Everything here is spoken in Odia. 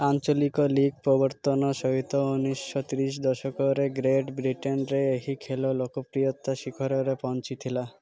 ଆଞ୍ଚଲିକ ଲିଗ୍ ପ୍ରବର୍ତ୍ତନ ସହିତ ଉଣେଇଶ ତିରିଶ ଦଶକରେ ଗ୍ରେଟ୍ ବ୍ରିଟେନ୍ରେ ଏହି ଖେଲ ଲୋକପ୍ରିୟତାର ଶିଖରରେ ପହଞ୍ଚିଥିଲା